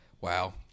Wow